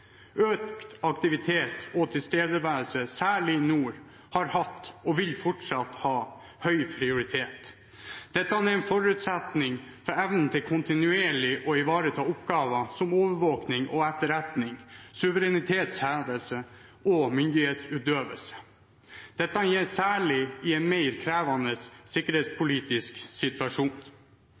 Økt aktivitet og tilstedeværelse, særlig i nord, har hatt og vil fortsatt ha høy prioritet. Dette er en forutsetning for evnen til kontinuerlig å ivareta oppgaver som overvåkning og etterretning, suverenitetshevdelse og myndighetsutøvelse. Dette gjelder særlig i en mer krevende sikkerhetspolitisk situasjon.